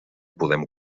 podem